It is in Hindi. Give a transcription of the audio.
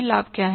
लाभ क्या है